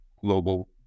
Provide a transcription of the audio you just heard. global